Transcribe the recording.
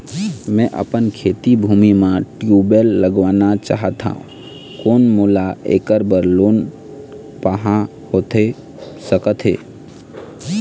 मैं अपन खेती भूमि म ट्यूबवेल लगवाना चाहत हाव, कोन मोला ऐकर बर लोन पाहां होथे सकत हे?